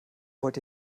wollt